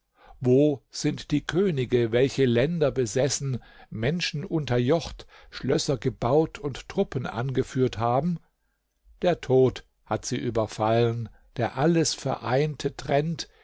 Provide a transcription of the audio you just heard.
wo sind die könige welche länder besessen menschen unterjocht schlösser gebaut und truppen angeführt haben der tod hat sie überfallen der alles vereinte trennt